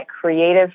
creative